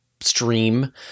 stream